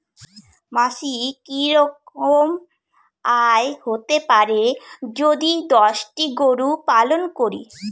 মাসিক কি রকম আয় হতে পারে যদি দশটি গরু পালন করি?